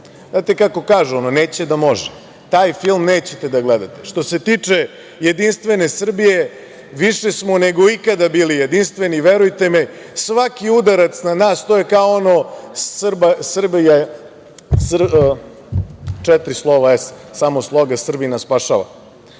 znate kako kažu – neće da može. Taj film nećete da gledate. Što se tiče Jedinstvene Srbije više smo nego ikada bili jedinstveni i verujte mi, svaki udarac na nas, to je kao ono SSSS – Samo sloga Srbina spašava. Znate